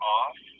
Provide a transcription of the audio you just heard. off